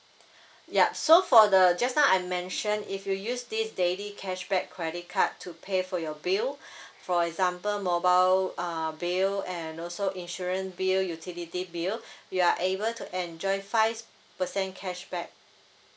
yup so for the just now I mention if you use this daily cashback credit card to pay for your bill for example mobile uh bill and also insurance bill utility bill you are able to enjoy five percent cashback